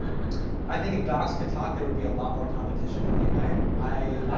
i think if dogs could talk there would be a lot more competition in late night. i